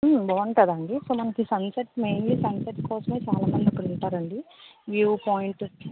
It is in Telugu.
బాగుంటుందండి సో మనకి సన్సెట్ మెయిన్లీ సన్సెట్ కోసమే చాలా మంది అక్కడ ఉంటారండీ వ్యూ పాయింట్